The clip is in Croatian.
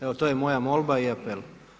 Evo to je moja molba i apel.